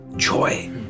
Joy